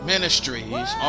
ministries